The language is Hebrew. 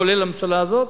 כולל הממשלה הזאת,